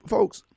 Folks